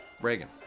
Reagan